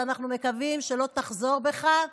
ואנחנו מקווים שלא תחזור בך,